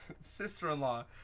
sister-in-law